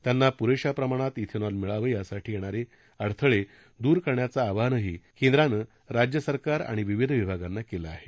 त्यांना पुरेशा प्रमाणात इथेनॉल मिळावं यासाठी येणारे अडथळे दूर करण्याचं आवाहनही केंद्रानं राज्य सरकार आणि विविध विभागांना केलं आहे